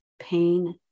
pain